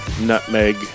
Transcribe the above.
nutmeg